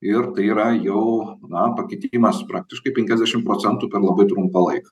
ir tai yra jau na pakitimas praktiškai penkiasdešim procentų per labai trumpą laiką